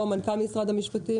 נציגי משרד המשפטים,